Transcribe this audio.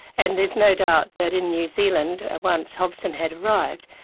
and there's no doubt that in new zealand once hobson had arrived,